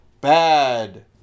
Bad